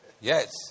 Yes